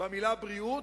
במלה "בריאות"